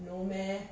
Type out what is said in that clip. no meh